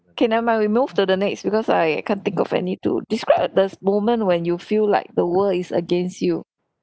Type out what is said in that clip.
okay never mind we move to the next because I can't think of any to describe a the moment when you feel like the world is against you